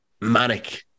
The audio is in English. manic